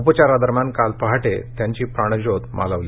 उपचारादरम्यान काल पहाटे त्यांची प्राणज्योत मालवली